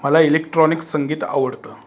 मला इलेक्ट्रॉनिक्स संगीत आवडतं